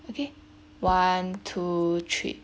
okay one two three